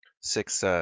six